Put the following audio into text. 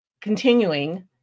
continuing